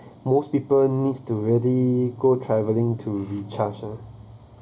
most people needs to really go travelling to recharge ah